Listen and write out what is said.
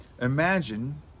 Imagine